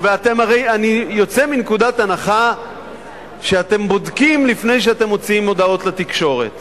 אני יוצא מנקודת הנחה שאתם בודקים לפני שאתם מוציאים הודעות לתקשורת